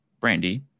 Brandy